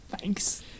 Thanks